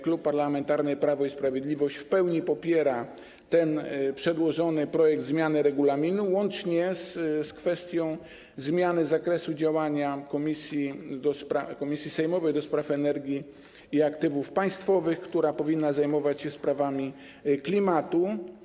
Klub Parlamentarny Prawo i Sprawiedliwość w pełni popiera przedłożony projekt zmiany regulaminu, łącznie z kwestią zmiany zakresu działania komisji sejmowej do spraw energii i aktywów państwowych, która powinna zajmować się też sprawami klimatu.